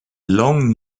long